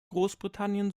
großbritannien